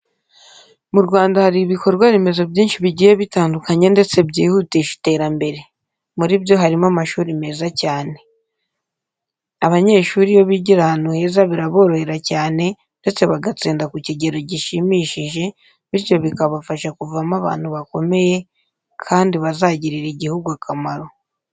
Mu Rwanda hari ibikorwa remezo byinshi bigiye bitandukanye ndetse byihutisha iterambere. Muri byo harimo amashuri meza cyane. Abanyeshuri iyo bigira ahantu heza biraborohera cyane ndetse bagatsinda ku kigero gishimishije, bityo bikabafasha kuvamo abantu bakomeye kandi bazagirira igihugu akamaro.